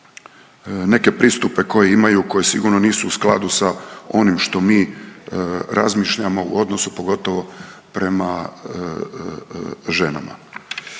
neke pristupe koje imaju, koje sigurno nisu u skladu sa onim što mi razmišljamo u odnosu pogotovo prema ženama.